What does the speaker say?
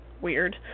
weird